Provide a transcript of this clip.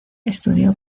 estudió